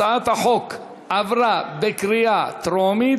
התשע"ז 2017,